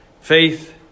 faith